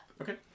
Okay